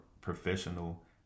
professional